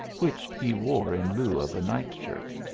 which he wore in lieu of a nightshirt.